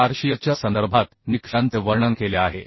4 शीअरच्या संदर्भात निकषांचे वर्णन केले आहे